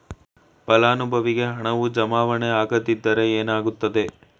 ಫಲಾನುಭವಿಗೆ ಹಣವು ಜಮಾವಣೆ ಆಗದಿದ್ದರೆ ಏನಾಗುತ್ತದೆ?